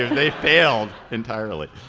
they failed entirely.